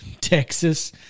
Texas